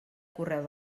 correu